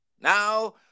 Now